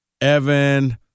Evan